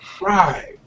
Right